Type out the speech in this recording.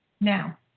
Now